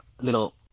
little